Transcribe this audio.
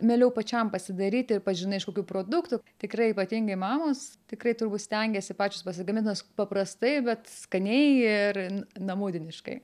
mieliau pačiam pasidaryti ir pats žinai iš kokių produktų tikrai ypatingai mamos tikrai turbūt stengiasi pačios pasigamint nes paprastai bet skaniai irn namūdiniškai